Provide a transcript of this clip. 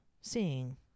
seeing